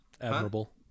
admirable